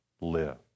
live